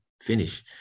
finish